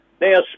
Now